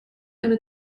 eine